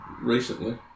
recently